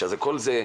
שכל זה,